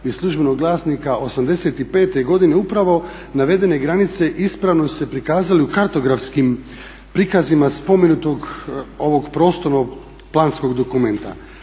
i službenog glasnika 85.godine upravo navedene granice ispravno su se prikazale u kartografskim prikazima spomenutog ovog prostornog planskog dokumenta.